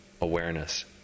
awareness